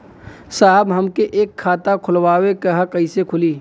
साहब हमके एक खाता खोलवावे के ह कईसे खुली?